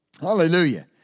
hallelujah